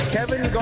Kevin